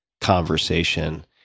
conversation